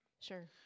Sure